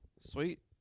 Sweet